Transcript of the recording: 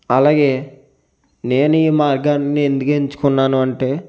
అలాగే నేను ఈ మార్గన్ని ఎందుకు ఎంచుకున్నాను అంటే